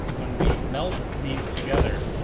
when we melt these together,